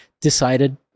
decided